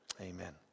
Amen